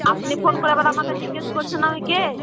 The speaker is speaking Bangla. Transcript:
আপনি ফোন করে আবার আমাকে জিজ্ঞেস করছেন আমি কে